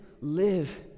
live